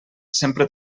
sempre